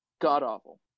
god-awful